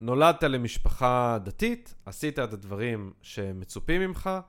נולדת למשפחה דתית, עשית את הדברים שמצופים ממך.